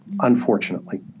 Unfortunately